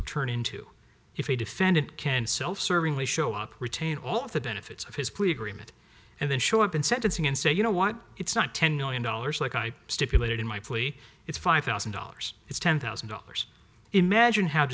would turn into if a defendant can self serving way show up retain all of the benefits of his plea agreement and then show up in sentencing and say you know what it's not ten million dollars like i stipulated in my plea it's five thousand dollars it's ten thousand dollars imagine h